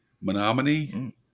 Menominee